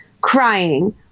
Crying